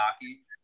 hockey